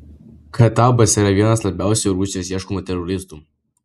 khatabas yra vienas labiausiai rusijos ieškomų teroristų